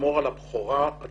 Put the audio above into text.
לשמור על הבכורה הטכנולוגית